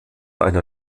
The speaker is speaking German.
einer